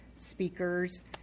speakers